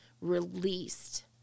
released